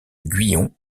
guillon